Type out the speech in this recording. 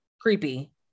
creepy